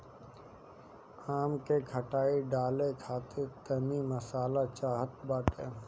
आम के खटाई डाले खातिर तनी मसाला चाहत बाटे